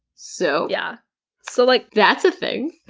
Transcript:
so yeah so like, that's a thing.